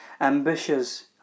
ambitious